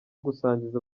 gusangiza